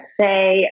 say